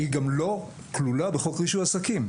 היא גם לא כלולה בחוק רישוי עסקים,